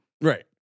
Right